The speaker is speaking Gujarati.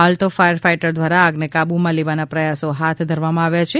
હાલ તો ફાયર ફાઈટર દ્વારા આગને કાબૂમાં લેવાના પ્રયાસો હાથ ધરવામાં આવ્યા છે